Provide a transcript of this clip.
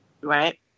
Right